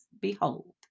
behold